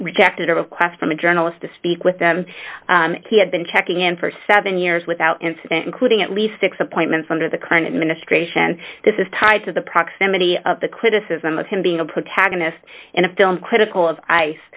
rejected a request from a journalist to speak with them he had been checking in for seven years without incident including at least six appointments under the current administration this is tied to the proximity of the criticism of him being a protagonist in a film critical of ice